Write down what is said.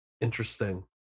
interesting